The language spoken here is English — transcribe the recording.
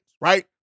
right